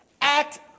act